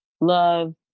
love